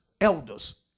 elders